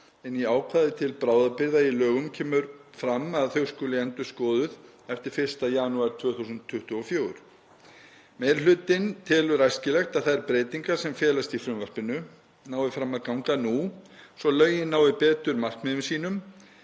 en í ákvæði til bráðabirgða í lögunum kemur fram að þau skuli endurskoðuð eftir 1. janúar 2024. Meiri hlutinn telur æskilegt að þær breytingar sem felast í frumvarpinu nái fram að ganga nú svo að lögin nái betur markmiðum sínum